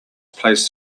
placed